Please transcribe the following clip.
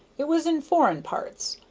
it was in foreign parts.